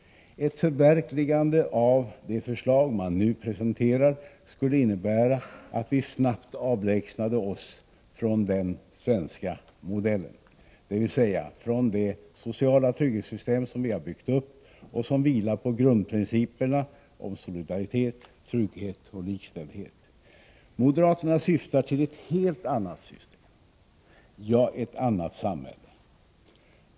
Ett förverkligande av de förslag som man nu presenterar skulle innebära att vi snabbt avlägsnade oss från den ”svenska modellen”, dvs. från det sociala trygghetssystem som vi har byggt upp och som vilar på grundprinciperna om solidaritet, trygghet och likställdhet. Moderaterna syftar till ett helt annat system, ja, ett annat samhälle.